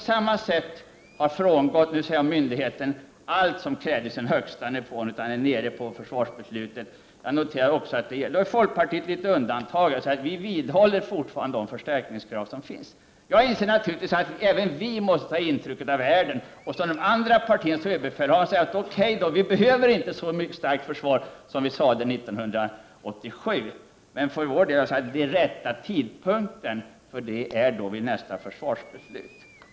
Överbefälhavaren, dvs. myndigheten, har på samma sätt frångått 1987 års nivå. Folkpartiet utgör ett undantag, för vi vidhåller fortfarande de förstärkningskrav som vi då ställde. Jag inser naturligtvis att man även i Sverige måste ta intryck av vad som händer i världen. Övriga partier och överbefälhavaren säger att vi inte behöver ett så starkt försvar som vi sade 1987. Men vi anser att den rätta tidpunkten är inför nästa års försvarsbeslut.